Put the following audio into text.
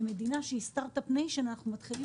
וכמדינה שהיא סטרטאפ ניישן אנחנו מתחילים